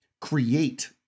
create